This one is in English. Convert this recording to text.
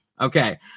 Okay